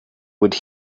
would